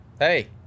Hey